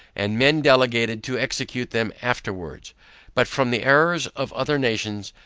and men delegated to execute them afterwards but from the errors of other nations,